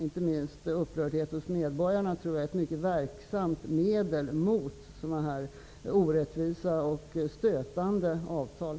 Inte minst upprördhet hos medborgarna tror jag är ett mycket verksamt medel mot sådana här orättvisa och stötande avtal.